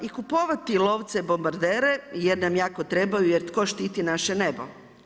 I kupovati lovce bombardere jer nam jako trebaju jer tko štiti naše nebo.